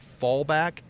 fallback